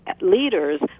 leaders